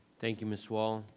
thank you, ms. wall,